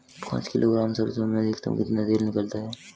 पाँच किलोग्राम सरसों में अधिकतम कितना तेल निकलता है?